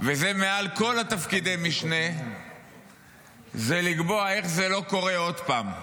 וזה מעל כל תפקידי המשנה זה לקבוע איך זה לא קורה עוד פעם.